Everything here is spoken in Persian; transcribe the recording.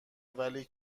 ولی